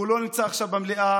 הוא לא נמצא עכשיו במליאה.